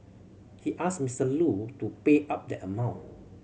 he asked Mister Lu to pay up that amount